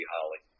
Holly